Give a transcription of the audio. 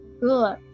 Good